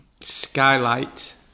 Skylight